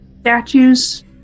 Statues